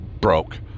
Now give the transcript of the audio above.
broke